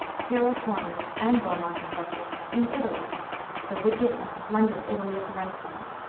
cyril tourneur's, and beaumont and fletcher's, in italy the wicked and splendid italy of the renaissance,